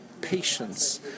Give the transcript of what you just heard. patience